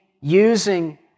using